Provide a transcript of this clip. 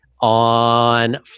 on